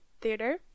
theater